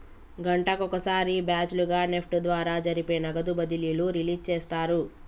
గంటకొక సారి బ్యాచ్ లుగా నెఫ్ట్ ద్వారా జరిపే నగదు బదిలీలు రిలీజ్ చేస్తారు